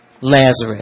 Lazarus